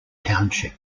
township